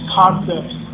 concepts